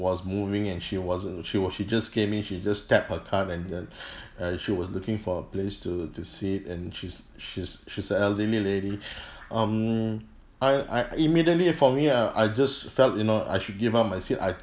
was moving and she wasn't she was she just came in she just tap her card and then uh she was looking for a place to to sit and she's she's she's a elderly lady um I I immediately for me uh I just felt you know I should give up my seat I